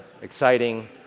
exciting